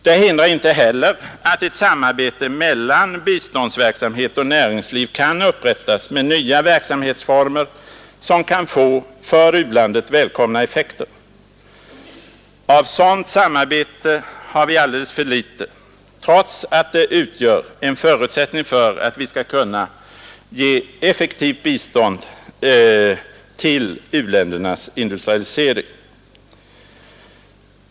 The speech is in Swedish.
Det hindrar inte heller att ett samarbete mellan biståndsverksamhet och näringsliv kan upprättas med nya verksamhetsformer, som kan få för u-landet välkomna effekter. Av sådant samarbete har vi alldeles för litet, trots att det utgör en förutsättning för att vi skall kunna ge effektivt bistånd till u-ländernas industrialisering.